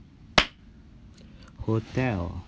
hotel